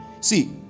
See